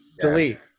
delete